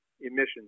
emissions